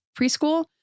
preschool